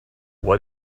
why